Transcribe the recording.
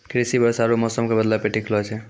कृषि वर्षा आरु मौसमो के बदलै पे टिकलो छै